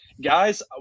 Guys